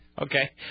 Okay